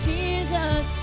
Jesus